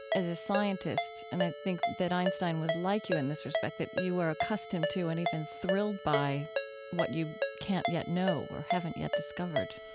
as a scientist and i think that einstein was like you in this respect that you are accustomed to and even thrilled by what you can't yet know or haven't yet discovered?